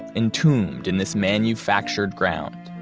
entombed in this manufactured ground.